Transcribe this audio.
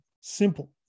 simple